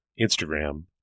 Instagram